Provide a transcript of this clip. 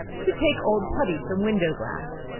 to take old putty from window glass.